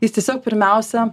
jis tiesiog pirmiausia